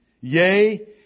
Yea